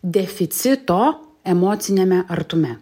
deficito emociniame artume